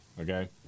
Okay